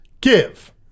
give